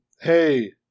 Hey